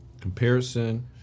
Comparison